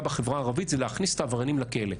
בחברה הערבית זה להכניס את העבריינים לכלא.